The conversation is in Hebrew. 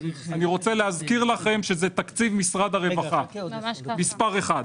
אני מזכיר לכם שזה תקציב משרד הרווחה, מספר אחד.